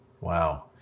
Wow